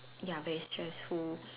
ya very stressful